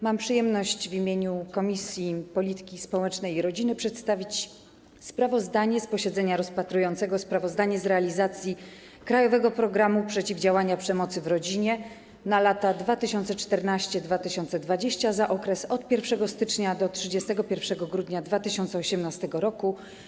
Mam przyjemność w imieniu Komisji Polityki Społecznej i Rodziny przedstawić sprawozdanie z posiedzenia, podczas którego rozpatrywano sprawozdanie z realizacji „Krajowego programu przeciwdziałania przemocy w rodzinie na lata 2014-2020” za okres od 1 stycznia do 31 grudnia 2018 r.